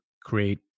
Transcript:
create